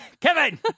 Kevin